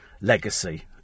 legacy